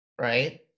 right